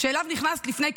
שאליו נכנסת לפני כחודש,